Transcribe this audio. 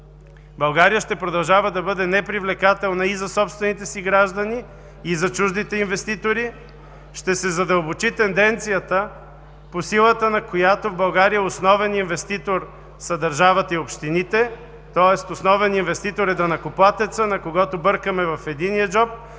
България ще продължава да бъде непривлекателна и за собствените си граждани, и за чуждите инвеститори. Ще се задълбочи тенденцията, по силата на която в България основен инвеститор са държавата и общините, тоест основен инвеститор е данъкоплатецът, на когото бъркаме в единия джоб,